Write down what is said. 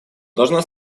должно